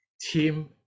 team